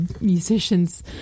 musicians